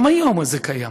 גם היום זה קיים.